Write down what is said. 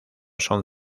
son